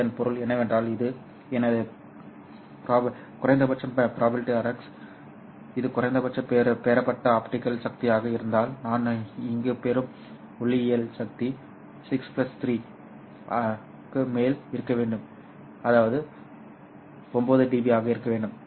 இதன் பொருள் என்னவென்றால் இது எனது Prx குறைந்தபட்சம் இது குறைந்தபட்ச பெறப்பட்ட ஆப்டிகல் சக்தியாக இருந்தால் நான் இங்கு பெறும் ஒளியியல் சக்தி 6 3 க்கு மேல் இருக்க வேண்டும் இது 9 dB க்கு சமம்